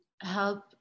help